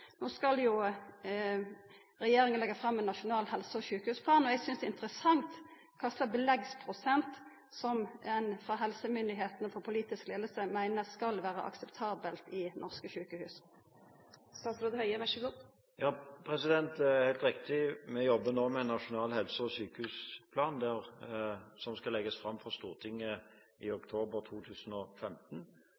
No skal regjeringa leggja fram ein nasjonal helse- og sjukehusplan, og eg synest det ville vera interessant å høyra kva slags beleggsprosent helsemyndigheitene og politisk leiing meiner skal vera akseptabel for norske sjukehus. Det er helt riktig. Vi jobber nå med en nasjonal helse- og sykehusplan som skal legges fram for Stortinget i